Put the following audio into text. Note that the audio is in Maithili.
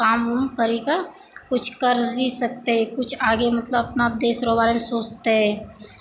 काम उम करी कऽ कुछ करी सकतै कुछ आगे मतलब अपना देश रऽ बारेमे सोचतै